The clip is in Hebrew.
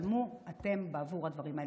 תשלמו אתם בעבור הדברים האלה.